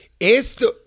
Esto